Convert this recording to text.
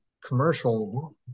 commercial